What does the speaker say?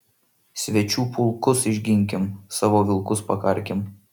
svečių pulkus išginkim savo vilkus pakarkim